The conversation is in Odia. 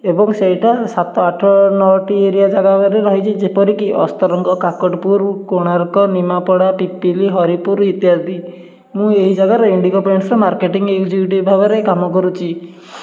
ଏବଂ ସେଇଟା ସାତ ଆଠ ନଅଟି ଏରିଆ ଜାଗାରେ ରହିଛି ଯେପରି କି ଅସ୍ତରଙ୍ଗ କାକଟପୁର କୋଣାର୍କ ନିମାପଡ଼ା ପିପିଲି ହରିପୁର ଇତ୍ୟାଦି ମୁଁ ଏହି ଜାଗାରେ ଇଣ୍ଡିଗୋ ପେଣ୍ଟସର ମାର୍କେଟିଙ୍ଗ୍ ଏକ୍ଜିକ୍ୟୁଟିବ ଭାବରେ କାମ କରୁଛି